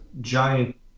giant